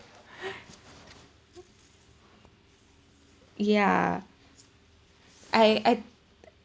ya I I